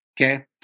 okay